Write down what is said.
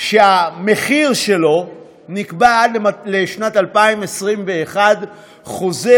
שהמחיר שלו נקבע עד לשנת 2021. חוזה